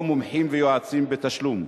או מומחים ויועצים בתשלום,